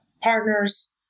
partners